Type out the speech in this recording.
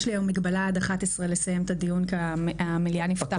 יש לי היום מגבלה עד 11:00 לסיים את הדיון כי המליאה נפתחת,